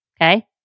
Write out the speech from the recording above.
okay